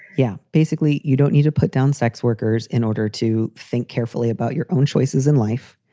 yeah basically, you don't need to put down sex workers in order to think carefully about your own choices in life.